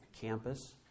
campus